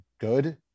good